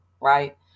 right